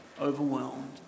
Overwhelmed